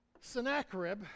Sennacherib